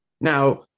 Now